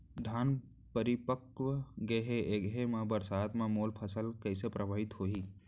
धान परिपक्व गेहे ऐसे म बरसात ह मोर फसल कइसे प्रभावित होही?